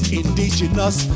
indigenous